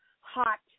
hot